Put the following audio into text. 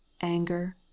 anger